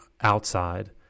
outside